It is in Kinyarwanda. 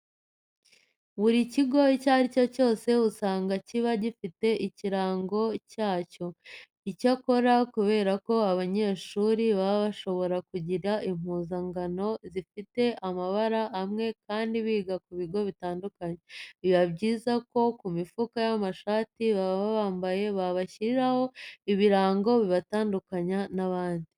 Buri kigo icyo ari cyo cyose usanga kiba gifite ikirango cyacyo. Icyakora kubera ko abanyeshuri baba bashobora kugira impuzankano zifite amabara amwe kandi biga ku bigo bitandukanye, biba byiza ko ku mifuka y'amashati baba bambaye babashyiriraho ibirango bibatandukanya n'abandi.